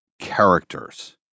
characters